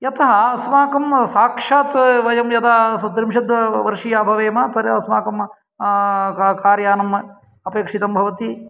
यथा अस्माकं साक्षात् वयं यदा सप्तत्रिशद्वर्षीयाः भवेम तर्हि अस्माकं कारयानम् अपेक्षितं भवति